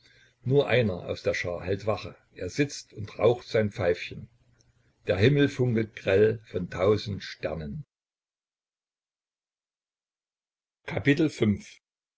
nur einer aus der schar hält wache er sitzt und raucht sein pfeifchen der himmel funkelt grell von tausend sternen